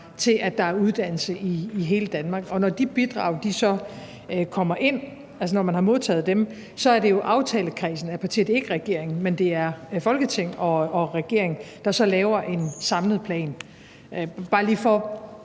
til, at der er uddannelser i hele Danmark. Når de bidrag så kommer ind, altså når man har modtaget dem, så er det jo aftalekredsen og altså ikke alene regeringen, men Folketinget og regeringen, der så laver en samlet plan. Det er bare lige for at